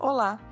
Olá